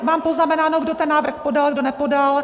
Mám poznamenáno, kdo ten návrh podal, kdo nepodal.